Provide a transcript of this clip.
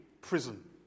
prison